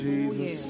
Jesus